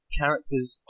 characters